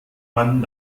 man